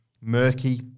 murky